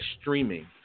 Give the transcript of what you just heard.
streaming